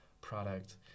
product